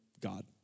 God